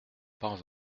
pas